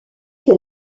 que